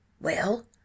Well